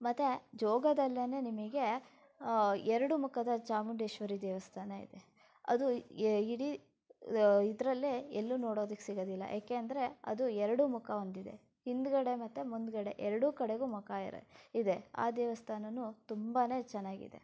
ಮತ್ತು ಜೋಗದಲ್ಲೇ ನಿಮಗೆ ಎರಡು ಮುಖದ ಚಾಮುಂಡೇಶ್ವರಿ ದೇವಸ್ಥಾನ ಇದೆ ಅದು ಎ ಇಡೀ ಇದರಲ್ಲೇ ಎಲ್ಲೂ ನೋಡೋದಕ್ಕೆ ಸಿಗೋದಿಲ್ಲ ಏಕೆ ಅಂದರೆ ಅದು ಎರಡು ಮುಖ ಹೊಂದಿದೆ ಹಿಂದುಗಡೆ ಮತ್ತು ಮುಂದುಗಡೆ ಎರಡೂ ಕಡೆಗೂ ಮುಖ ಇರ ಇದೆ ಆ ದೇವಸ್ಥಾನವೂ ತುಂಬ ಚೆನ್ನಾಗಿದೆ